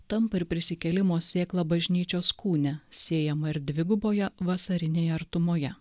tampa ir prisikėlimo sėkla bažnyčios kūne sėjama ir dviguboje vasarinėje artumoje